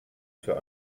für